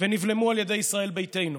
ונבלמו על ידי ישראל ביתנו.